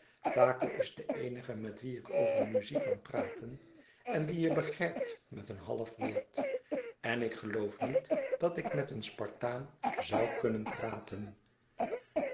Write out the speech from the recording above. taco is de eenige met wien ik over muziek kan praten en die je begrijpt met een half woord en ik geloof niet dat ik met een spartaan zoû kunnen praten